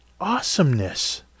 awesomeness